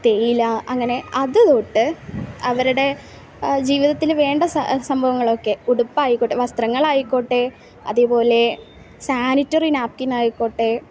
തേയില അങ്ങനെ അത് തൊട്ട് അവരുടെ ജീവിതത്തിന് വേണ്ട സംഭവങ്ങളൊക്കെ ഉടുപ്പായിക്കോട്ടെ വസ്ത്രങ്ങളായിക്കോട്ടെ അതുപോലെ സാനിറ്ററി നാഫ്കിൻ ആയിക്കോട്ടെ